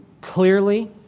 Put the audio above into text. clearly